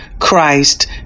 Christ